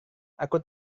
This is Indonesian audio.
aku